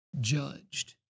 judged